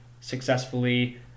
successfully